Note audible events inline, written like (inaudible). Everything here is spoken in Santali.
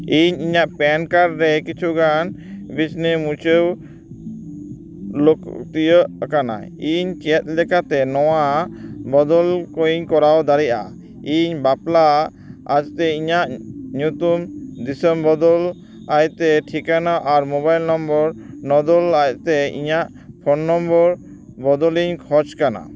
ᱤᱧ ᱤᱧᱟᱹᱜ ᱯᱮᱱ ᱠᱟᱨᱰ ᱛᱮ ᱠᱤᱪᱷᱩᱜᱟᱱ (unintelligible) ᱢᱩᱪᱷᱟᱹᱣ ᱛᱤᱭᱳᱜ ᱟᱠᱟᱱᱟ ᱤᱧ ᱪᱮᱫ ᱞᱮᱠᱟᱛᱮ ᱱᱚᱣᱟ ᱵᱚᱫᱚᱞ ᱠᱚᱧ ᱠᱚᱨᱟᱣ ᱫᱟᱲᱮᱭᱟᱜᱼᱟ ᱤᱧ ᱵᱟᱯᱞᱟ ᱟᱸᱥᱛᱮ ᱤᱧᱟᱹᱜ ᱧᱩᱛᱩᱢ ᱫᱤᱥᱚᱢ ᱵᱚᱫᱚᱞ ᱟᱭᱛᱮ ᱴᱷᱤᱠᱟᱱᱟ ᱟᱨ ᱢᱳᱵᱟᱭᱤᱞ ᱱᱚᱢᱵᱚᱨ ᱱᱚᱫᱚᱞ ᱟᱡᱛᱮ ᱯᱷᱳᱱ ᱱᱚᱢᱵᱚᱨ ᱵᱚᱫᱚᱞᱤᱧ ᱠᱷᱚᱡᱽ ᱠᱟᱱᱟ